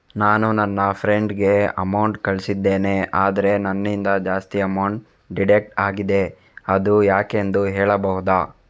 ನಾನು ನನ್ನ ಫ್ರೆಂಡ್ ಗೆ ಅಮೌಂಟ್ ಕಳ್ಸಿದ್ದೇನೆ ಆದ್ರೆ ನನ್ನಿಂದ ಜಾಸ್ತಿ ಅಮೌಂಟ್ ಡಿಡಕ್ಟ್ ಆಗಿದೆ ಅದು ಯಾಕೆಂದು ಹೇಳ್ಬಹುದಾ?